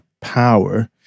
power